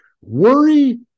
Worry